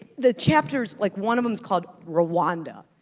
the chapters, like one of them is called rwanda,